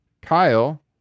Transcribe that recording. Kyle